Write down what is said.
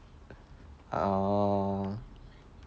oh